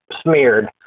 Smeared